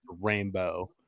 rainbow